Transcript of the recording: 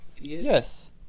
Yes